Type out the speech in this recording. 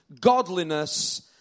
godliness